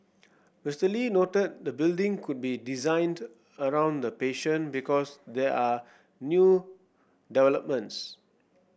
Mister Lee noted the building could be designed around the patient because there are new developments